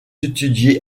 étudiée